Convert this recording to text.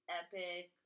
epic